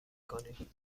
کنیم